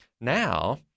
Now